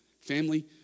Family